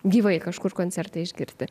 gyvai kažkur koncerte išgirsti